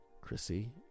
Chrissy